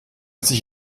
sich